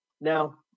Now